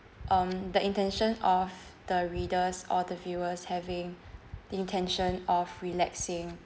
um the intention of the readers or the viewers having the intention of relaxing